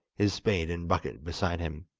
his spade and bucket beside him.